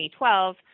2012